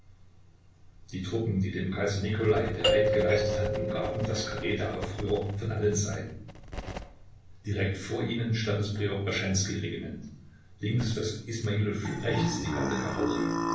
die truppen die dem kaiser nikolai den eid geleistet hatten umgaben das karree der aufrührer von allen seiten direkt vor ihnen stand das preobraschenskij regiment links das ismailowsche rechts die